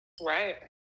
Right